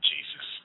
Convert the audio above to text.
Jesus